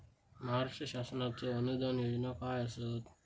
महाराष्ट्र शासनाचो अनुदान योजना काय आसत?